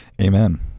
Amen